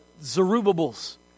Zerubbabel's